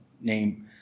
name